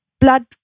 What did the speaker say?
blood